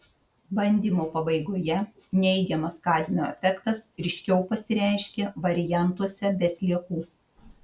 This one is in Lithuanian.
bandymo pabaigoje neigiamas kadmio efektas ryškiau pasireiškė variantuose be sliekų